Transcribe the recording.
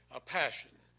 a passion.